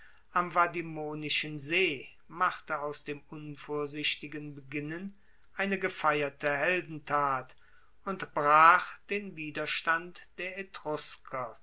am vadimonischen see machte aus dem unvorsichtigen beginnen eine gefeierte heldentat und brach den widerstand der